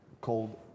called